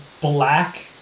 black